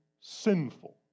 sinful